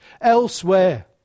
elsewhere